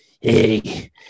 Hey